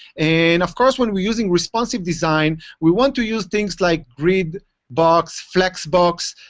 and of course, when we're using responsive design, we want to use things like read box, flexbox,